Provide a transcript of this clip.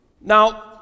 Now